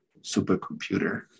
supercomputer